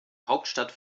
hauptstadt